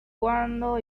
cuándo